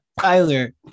tyler